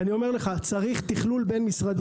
אני אומר לך: צריך תכלול בין-משרדי.